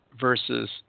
versus